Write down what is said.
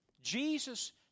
Jesus